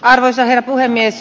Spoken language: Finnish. arvoisa herra puhemies